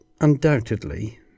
undoubtedly